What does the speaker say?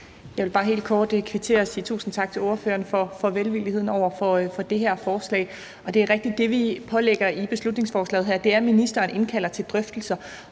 Jeg vil bare helt kort kvittere og sige tusind tak til ordføreren for velvilligheden over for det her forslag. Det er rigtigt, at det, vi pålægger i beslutningsforslaget her, er, at ministeren indkalder til drøftelser,